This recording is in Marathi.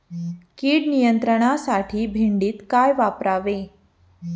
कीड नियंत्रणासाठी भेंडीत काय वापरावे?